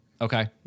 Okay